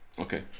okay